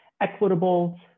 equitable